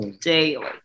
daily